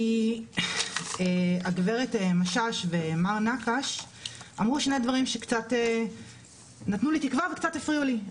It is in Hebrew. כי הגב' משש ומר נקש אמרו שני דברים שקצת נתנו לי תקווה וקצת הפריעו לי.